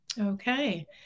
Okay